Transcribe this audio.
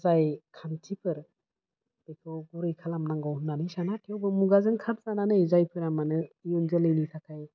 जाय खान्थिफोर बेखौ गुरै खालामनांगौ होन्नानै साना थेवबो मुगाजों खाब जानानै जायफोरा माने इयुन जोलैनि थाखाय